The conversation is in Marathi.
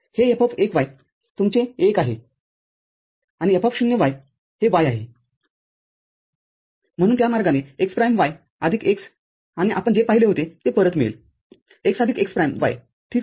तरहे F1y तुमचे १ आहे आणि F0yहे y आहेम्हणून त्या मार्गाने x प्राईम y आदिक x आणि आपण जे पाहिले होते ते परत मिळेल x आदिक x प्राईमyठीक आहे